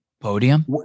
Podium